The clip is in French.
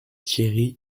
thiéry